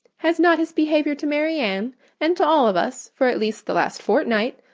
has not his behaviour to marianne and to all of us, for at least the last fortnight,